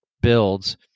builds